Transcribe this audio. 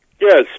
Yes